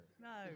No